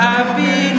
Happy